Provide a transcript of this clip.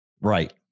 Right